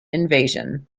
invasion